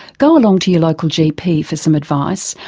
go along to your local gp for some advice,